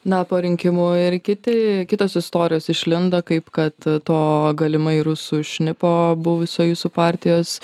na po rinkimų ir kiti kitos istorijos išlindo kaip kad to galimai rusų šnipo buvusio jūsų partijos